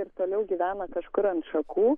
ir toliau gyvena kažkur ant šakų